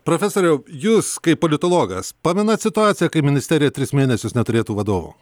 profesoriau jūs kaip politologas pamenat situaciją kai ministerija tris mėnesius neturėtų vadovo